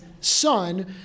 son